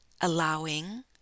allowing